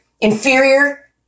inferior